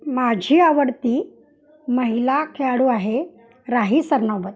माझी आवडती महिला खेळाडू आहे राही सरनोबत